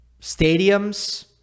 Stadiums